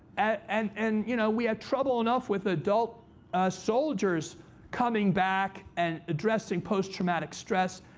and and you know we have trouble enough with adult soldiers coming back and addressing post-traumatic stress.